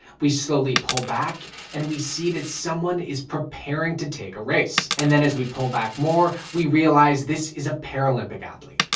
we slowly pull back and we see that someone is preparing to take a race. and then as we pull back more, we realize this is a paralympic athlete.